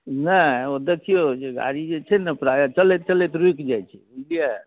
नहि ओ देखियौ जे गाड़ी जे छै ने प्रायः चलैत चलैत रूकि जाइत छै बुझलियै